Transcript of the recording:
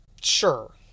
sure